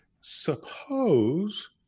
Suppose